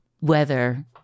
weather